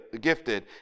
gifted